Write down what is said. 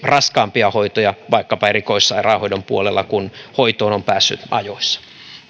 raskaampia hoitoja vaikkapa erikoissairaanhoidon puolella kun hoitoon on päässyt ajoissa